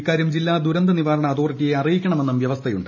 ഇക്കാരൃം ജില്ലാ ദുരന്ത നിവാരണ അതോറിറ്റിയെ അറിയിക്കണമെന്നും വൃവസ്ഥയുണ്ട്